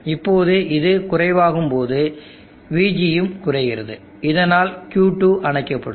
இப்போது இது குறைவாகும் போது Vgயும் குறைகிறது இதனால் Q2 அணைக்கப்படும்